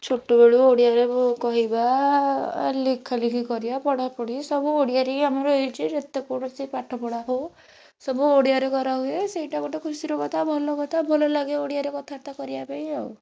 ଛୋଟବେଳୁ ଓଡ଼ିଆରେ କହିବା ଲେଖାଲେଖି କରିବା ପଢ଼ାପଢ଼ି ସବୁ ଓଡ଼ିଆରେ ହିଁ ଆମର ହେଇଛି ଯେତେ କୌଣସି ପାଠ ପଢ଼ା ହଉ ସବୁ ଓଡ଼ିଆରେ କରାହୁଏ ସେଇଟା ଗୋଟେ ଖୁସିର କଥା ଭଲ କଥା ଭଲ ଲାଗେ ଓଡ଼ିଆରେ କଥାବାର୍ତ୍ତା କରିବାପାଇଁ ଆଉ